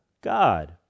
God